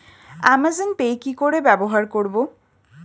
Amazon pay কি করে ব্যবহার করব?